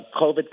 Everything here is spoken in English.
COVID